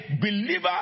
believer